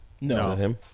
No